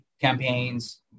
campaigns